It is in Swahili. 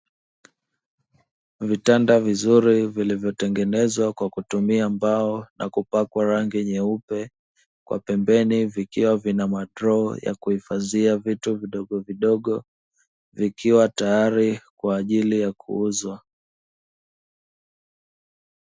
Vitanda vizuri vilivyo tengenezwa kwa kutumia mbao na kupakwa rangi nyeupe, kwa pembeni vikiwa na madroo ya kuhifadhia vitu vidogovidogo, vikiwa tayari kwaajili ya kuuzwa